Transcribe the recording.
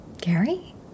Gary